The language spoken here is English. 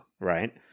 right